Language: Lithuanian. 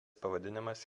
pavadinimas